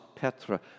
Petra